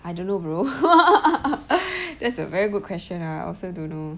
I don't know bro that's a very good question I also don't know